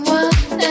one